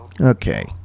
Okay